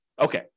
okay